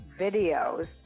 videos